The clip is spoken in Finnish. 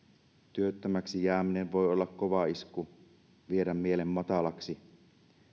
työttömäksi jääminen voi olla kova isku ja viedä mielen matalaksi